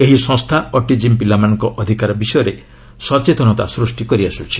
ଏହି ସଂସ୍ଥା ଅଟିକିମ୍ ପିଲାମାନଙ୍କ ଅଧିକାର ବିଷୟରେ ସଚେତନତା ସୃଷ୍ଟି କରିଆସୁଛି